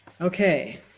Okay